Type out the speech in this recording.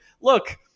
look